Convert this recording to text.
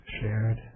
shared